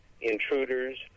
Intruders